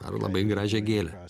ar labai gražią gėlę